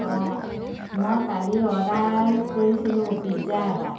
অঁ মই কালি অৰ্ডাৰ কৰিছিলোঁ পিজ্জা এটা